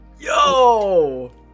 Yo